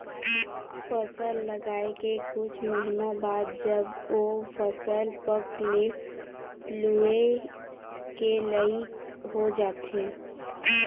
फसल लगाए के कुछ महिना बाद जब ओ फसल पक के लूए के लइक हो जाथे